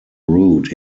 route